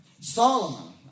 Solomon